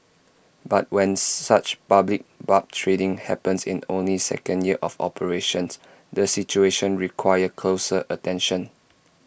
but when such public barb trading happens in only second year of operations the situation requires closer attention